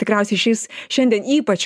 tikriausiai šis šiandien ypač